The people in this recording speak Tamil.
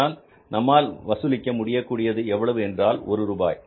ஆனால் நம்மால் வசூலிக்க முடியக் கூடியது எவ்வளவு என்றால் ஒரு ரூபாய்